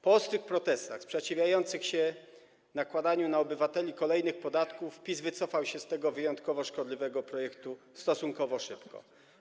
Po ostrych protestach, sprzeciwach wobec nakładania na obywateli kolejnych podatków PiS wycofał się z tego wyjątkowo szkodliwego projektu stosunkowo szybko.